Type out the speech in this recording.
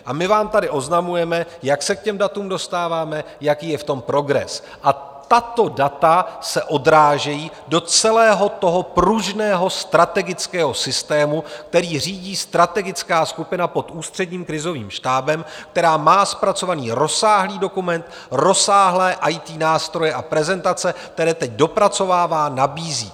A my vám tady oznamujeme, jak se k těm datům dostáváme, jaký je v tom progres, a tato data se odrážejí do celého pružného strategického systému, který řídí strategická skupina pod Ústředním krizovým štábem, která má zpracovaný rozsáhlý dokument, rozsáhlé IT nástroje a prezentace, které teď dopracovává, nabízí.